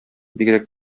бигрәк